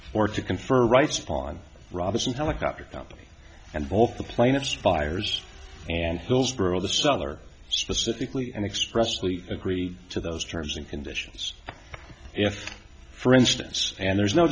confer rights upon robinson helicopter company and both the plaintiff fires and hillsborough the seller specifically and express fully agreed to those terms and conditions if for instance and there's no